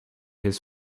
his